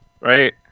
right